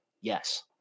yes